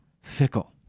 fickle